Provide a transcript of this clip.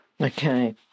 Okay